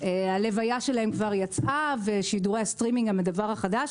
הלוויה שלהם כבר יצאה ושידורי הסטרימינג הם הדבר החדש.